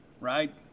right